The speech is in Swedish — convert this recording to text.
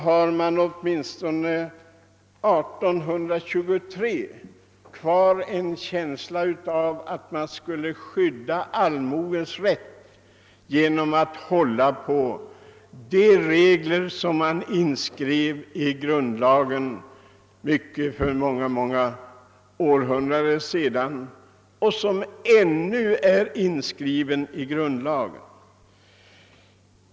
År 1823 hade man ännu kvar en känsla av att allmogens rätt skulle skyddas genom att man höll på de regler som skrevs in i grundlagen för århundraden sedan och som ännu står inskrivna där.